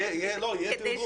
יהיה תרגום.